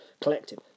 collective